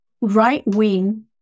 right-wing